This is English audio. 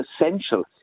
essential